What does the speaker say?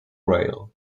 rail